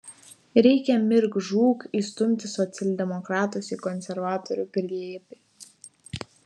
reikia mirk žūk įstumti socialdemokratus į konservatorių glėbį